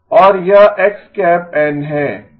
और यह x n है ठीक है